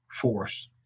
force